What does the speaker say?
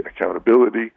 accountability